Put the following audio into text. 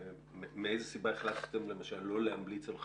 מאיזו סיבה החלטתם למשל לא להמליץ על חקיקה?